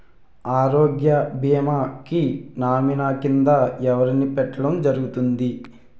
ఆరోగ్య భీమా కి నామినీ కిందా ఎవరిని పెట్టడం జరుగతుంది?